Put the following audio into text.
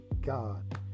God